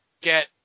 get